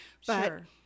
Sure